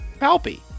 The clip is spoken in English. Palpy